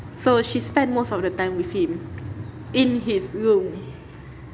so she spend most of the time with him in his room